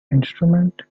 instrument